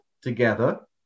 together